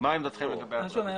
מה עמדתם לגבי זה?